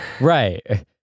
right